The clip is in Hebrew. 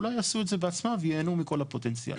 אולי יעשו את זה בעצמם ויהנו מכל הפוטנציאל.